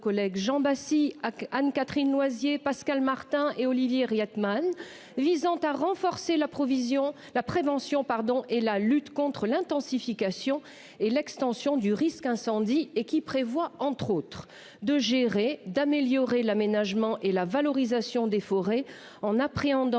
collègues j'Embassy Act Anne-Catherine Loisier, Pascale Martin et Olivier Athmane visant à renforcer la provision la prévention pardon et la lutte contre l'intensification et l'extension du risque incendie et qui prévoit entre autres de gérer d'améliorer l'aménagement et la valorisation des forêts en appréhendant